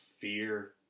fear